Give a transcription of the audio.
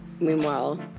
meanwhile